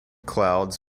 clouds